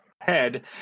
head